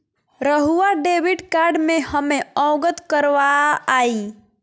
रहुआ debit card से हमें अवगत करवाआई?